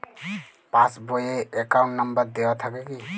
Pass বই এ account number দেওয়া থাকে কি?